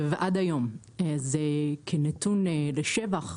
ועד היום זה כנתון לשבח,